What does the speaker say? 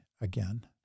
again